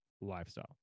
lifestyle